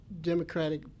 democratic